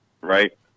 right